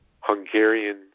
Hungarian